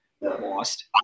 Lost